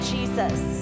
Jesus